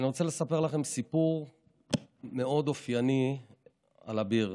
אני רוצה לספר לכם סיפור מאוד אופייני על אביר.